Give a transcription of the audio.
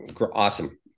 awesome